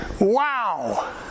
wow